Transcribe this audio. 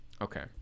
Okay